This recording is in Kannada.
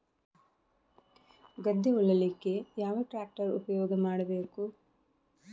ಗದ್ದೆ ಉಳಲಿಕ್ಕೆ ಯಾವ ಟ್ರ್ಯಾಕ್ಟರ್ ಉಪಯೋಗ ಮಾಡಬೇಕು?